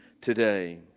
today